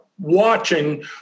watching